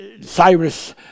Cyrus